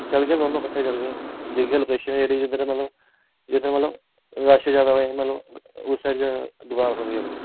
चलगे दोनों किट्ठे चलगे दिक्खगे लोकेशन जेह्ड़ी जिद्धर मतलब जिद्धर मतलब रश जादा होए मतलब उस साइड दकान खोह्लगे अपनी